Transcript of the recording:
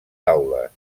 aules